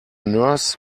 nurse